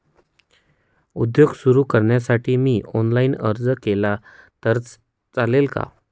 उद्योग सुरु करण्यासाठी मी ऑनलाईन अर्ज केला तर चालेल ना?